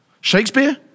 Shakespeare